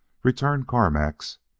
returned carmack's,